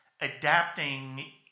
adapting